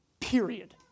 period